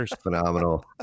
phenomenal